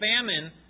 famine